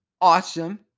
awesome